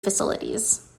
facilities